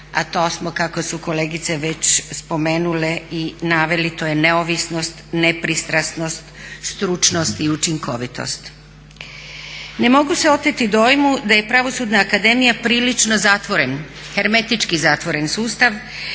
a to smo kako su kolegice već spomenule i naveli to je neovisnost, nepristranost, stručnost i učinkovitost. Ne mogu se oteti dojmu da je pravosudna akademija prilično zatvoren, hermetički zatvoren sustav